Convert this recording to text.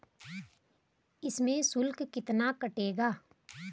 इसमें शुल्क कितना कटेगा?